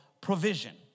provision